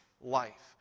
life